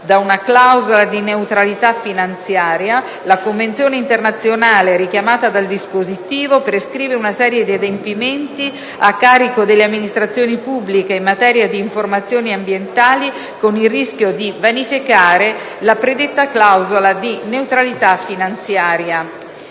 da una clausola di neutralità finanziaria, la Convenzione internazionale richiamata dal dispositivo prescrive una serie di adempimenti a carico delle amministrazioni pubbliche in materia di informazioni ambientali, con il rischio di vanificare la predetta clausola di neutralità finanziaria».